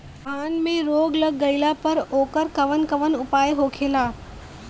धान में रोग लग गईला पर उकर कवन कवन उपाय होखेला?